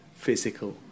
physical